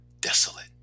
desolate